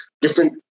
different